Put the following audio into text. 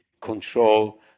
control